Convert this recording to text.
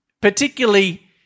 particularly